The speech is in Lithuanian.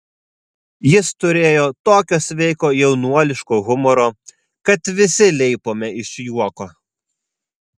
jis turėjo tokio sveiko jaunuoliško humoro kad visi leipome iš juoko